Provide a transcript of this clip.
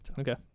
okay